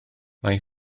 mae